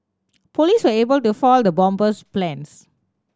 police were able to foil the bomber's plans